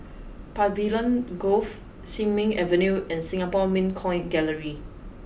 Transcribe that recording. Pavilion Grove Sin Ming Avenue and Singapore Mint Coin Gallery